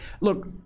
Look